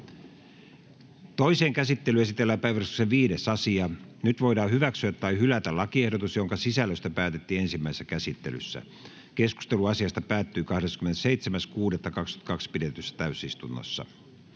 Toiseen käsittelyyn esitellään päiväjärjestyksen 5. asia. Nyt voidaan hyväksyä tai hylätä lakiehdotukset, joiden sisällöstä päätettiin ensimmäisessä käsittelyssä. Keskustelu asiasta päättyi 27.6.2022 pidetyssä täysistunnossa.